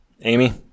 Amy